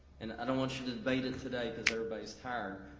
and i don't want you to debate it today, cause everybody's tired,